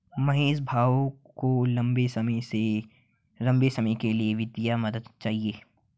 महेश भाऊ को लंबे समय के लिए वित्तीय मदद चाहिए